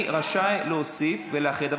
אני רשאי להוסיף ולאחד,